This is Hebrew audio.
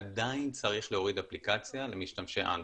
עדיין צריך להוריד אפליקציה למשתמשי אנדרואיד,